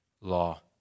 law